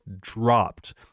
dropped